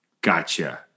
Gotcha